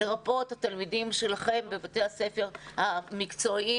לרבות התלמידים שלכם בבתי הספר המקצועיים,